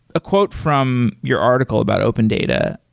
a quote from your article about open data,